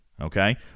Okay